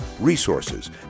resources